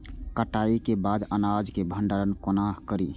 कटाई के बाद अनाज के भंडारण कोना करी?